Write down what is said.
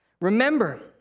Remember